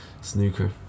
snooker